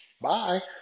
bye